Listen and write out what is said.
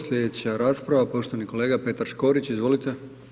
Slijedeća rasprava poštovani kolega Petar Škorić, izvolite.